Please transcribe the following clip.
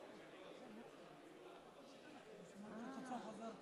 מצביע אהוד ברק,